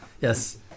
Yes